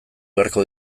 beharko